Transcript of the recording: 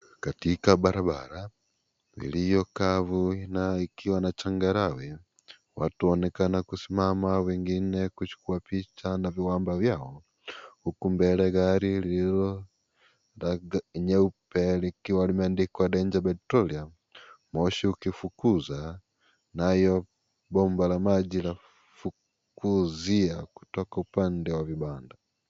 Katika barabara iliyo kavu na ikiwa na changarawe, watu waonekana kusimama na wengine kuchukua picha na viwamba vyao, huko mbele gari lililo nyeupe likiwa limeandikwa "danger petroleum ", moshi ukifukiza, nayo bomba la maji la fukuzia kutoka upande wa vibanda.